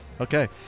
Okay